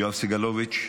יואב סגלוביץ.